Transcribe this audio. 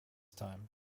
time